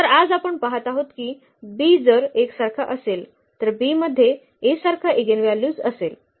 तर आज आपण पाहत आहोत की B जर A सारखा असेल तर B मध्ये A सारखा इगेनव्हल्यूज असेल